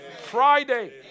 Friday